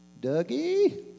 Dougie